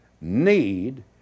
need